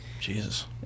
jesus